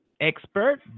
expert